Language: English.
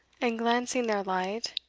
and glancing their light,